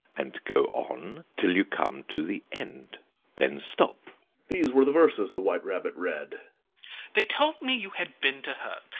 and go on till you come to the end then stop these were the verses the white rabbit read they told me you had been to her,